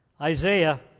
Isaiah